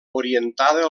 orientada